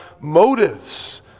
motives